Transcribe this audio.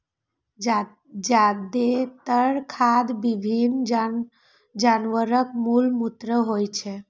जादेतर खाद विभिन्न जानवरक मल मूत्र होइ छै